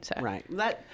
Right